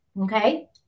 okay